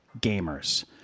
gamers